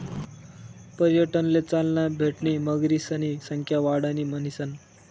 पर्यटनले चालना भेटणी मगरीसनी संख्या वाढणी म्हणीसन